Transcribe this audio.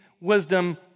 wisdom